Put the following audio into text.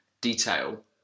detail